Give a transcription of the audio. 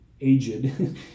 aged